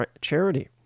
Charity